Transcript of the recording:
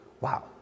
Wow